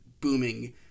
booming